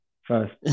First